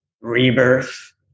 rebirth